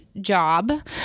job